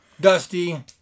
Dusty